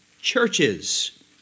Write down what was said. churches